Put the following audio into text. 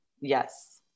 yes